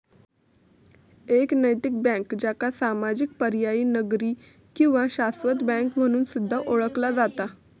एक नैतिक बँक, ज्याका सामाजिक, पर्यायी, नागरी किंवा शाश्वत बँक म्हणून सुद्धा ओळखला जाता